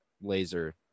laser